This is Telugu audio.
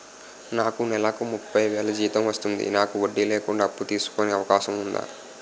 నాకు నేలకు ముప్పై వేలు జీతం వస్తుంది నాకు వడ్డీ లేకుండా అప్పు తీసుకునే అవకాశం ఉందా